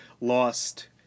lost